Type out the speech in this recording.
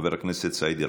חבר הכנסת סעיד אלחרומי.